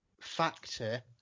factor